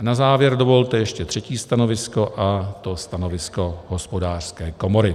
A na závěr dovolte ještě třetí stanovisko, a to stanovisko Hospodářské komory.